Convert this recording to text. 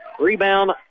Rebound